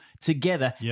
together